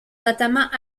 notamment